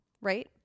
Right